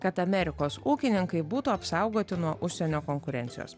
kad amerikos ūkininkai būtų apsaugoti nuo užsienio konkurencijos